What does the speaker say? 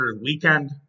weekend